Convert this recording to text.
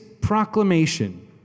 proclamation